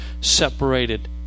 separated